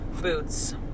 boots